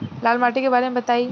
लाल माटी के बारे में बताई